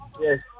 Yes